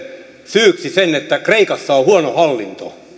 syyksi sen että kreikassa on huono hallinto